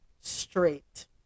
straight